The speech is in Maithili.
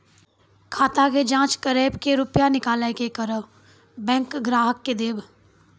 खाता के जाँच करेब के रुपिया निकैलक करऽ बैंक ग्राहक के देब?